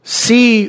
see